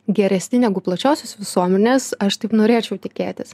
geresni negu plačiosios visuomenės aš taip norėčiau tikėtis